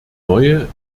neue